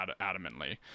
adamantly